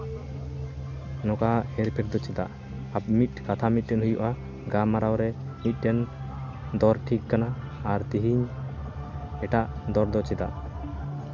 ᱱᱚᱝᱠᱟ ᱦᱮᱨᱯᱷᱮᱨ ᱫᱚ ᱪᱮᱫᱟᱜ ᱢᱤᱫ ᱠᱟᱛᱷᱟ ᱠᱟᱛᱷᱟ ᱢᱤᱫᱴᱮᱱ ᱦᱩᱭᱩᱜᱼᱟ ᱜᱟᱞᱢᱟᱨᱟᱣ ᱨᱮ ᱢᱤᱫᱴᱮᱱ ᱫᱚᱨ ᱴᱷᱤᱠ ᱠᱟᱱᱟ ᱟᱨ ᱛᱤᱦᱤᱧ ᱮᱴᱟᱜ ᱫᱚᱨ ᱫᱚ ᱪᱮᱫᱟᱜ